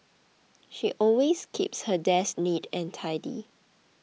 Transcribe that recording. she always keeps her desk neat and tidy